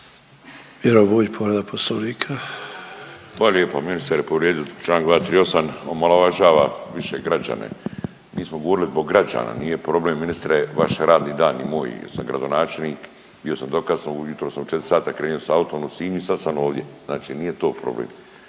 **Bulj, Miro (MOST)** Hvala lijepo. Ministar je povrijedio čl. 238. omalovažava više građane, mi smo govorili po građana, nije problem ministre vaš radni dan i moj jer sam gradonačelnik, bio sam dokasno, ujutro sam u 4 sata krenuo sa autom u Sinju i sad sam ovdje, znači nije to problem,